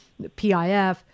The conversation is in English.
PIF